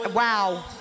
wow